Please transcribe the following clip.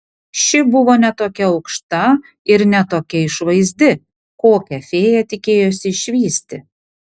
ši buvo ne tokia aukšta ir ne tokia išvaizdi kokią fėja tikėjosi išvysti